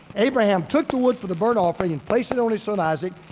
abraham took the woods for the burnt offering and placed it on his son isaac,